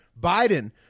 biden